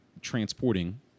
transporting